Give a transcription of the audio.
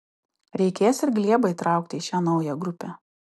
reikės ir glėbą įtraukti į šią naują grupę